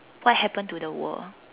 what happened to the world